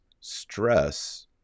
stress